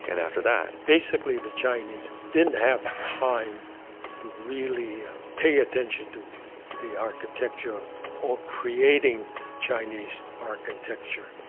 and after that, basically, the chinese didn't have time to really pay attention to the architecture of creating chinese architecture.